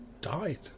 died